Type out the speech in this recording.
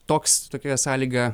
toks tokia sąlyga